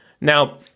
Now